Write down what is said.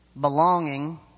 Belonging